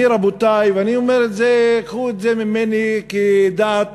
אני אומר, רבותי, וקחו את זה ממני כדעה